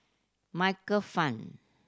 Michael Fam